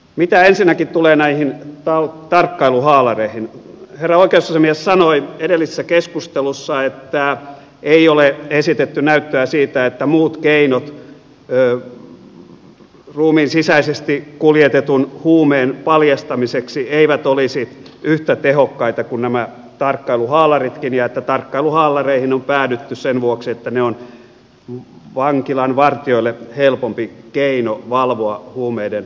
mitä ensinnäkin tulee näihin tarkkailuhaalareihin herra oikeusasiamies sanoi edellisessä keskustelussa että ei ole esitetty näyttöä siitä että muut keinot ruumiinsisäisesti kuljetetun huumeen paljastamiseksi eivät olisi yhtä tehokkaita kuin nämä tarkkailuhaalarit ja että tarkkailuhaalareihin on päädytty sen vuoksi että ne ovat vankilan vartijoille helpompi keino valvoa huumeiden kuljetusta